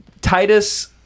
Titus